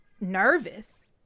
nervous